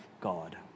God